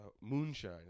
moonshine